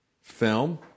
film